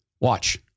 watch